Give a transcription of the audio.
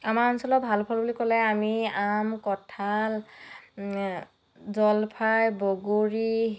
আমাৰ অঞ্চলৰ ভাল ফল বুলি ক'লে আমি আম কঁঠাল জলফাই বগৰী